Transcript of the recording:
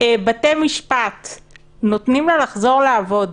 בתי משפט נותנים לה לחזור לעבוד.